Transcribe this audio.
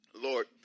Lord